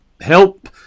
help